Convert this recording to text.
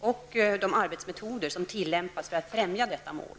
och de arbetsmetoder som tillämpas för att främja detta mål.